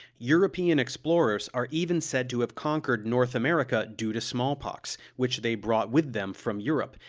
european explorers are even said to have conquered north america due to smallpox, which they brought with them from europe,